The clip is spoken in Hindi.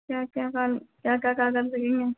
क्या क्या का क्या क्या कग़ज़ लगेंगे